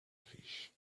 fish